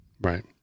right